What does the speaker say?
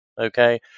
Okay